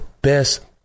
best